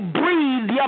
breathe